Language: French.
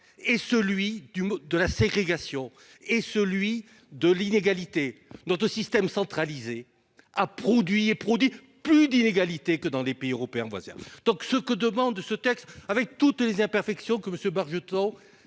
est celui de la ségrégation et de l'inégalité. Notre système centralisé a produit et produit plus d'inégalités que ceux des pays européens voisins. Avec toutes ses imperfections, que M. Bargeton